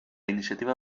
iniciativa